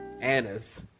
Annas